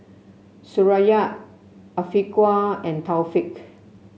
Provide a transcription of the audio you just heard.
Suraya Afiqah and Taufik